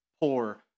poor